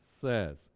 says